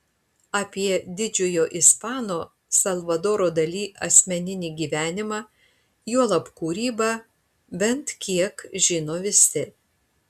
apie didžiojo ispano salvadoro dali asmeninį gyvenimą juolab kūrybą bent kiek žino visi